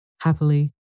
Happily